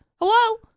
Hello